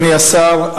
אדוני השר,